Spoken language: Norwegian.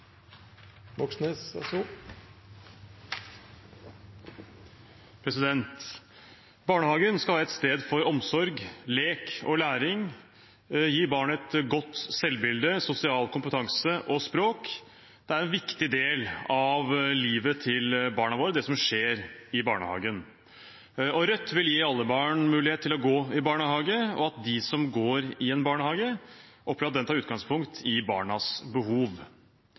Barnehagen skal være et sted for omsorg, lek og læring og gi barnet et godt selvbilde, sosial kompetanse og språk. Det som skjer i barnehagen, er en viktig del av livet til barna våre. Rødt vil gi alle barn mulighet til å gå i barnehage, og at de som har barn i en barnehage, opplever at den tar utgangspunkt i barnas behov.